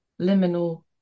liminal